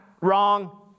wrong